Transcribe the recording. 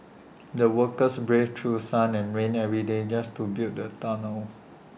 the workers braved through sun and rain every day just to build the tunnel